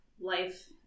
life